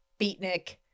beatnik